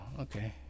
okay